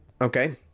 okay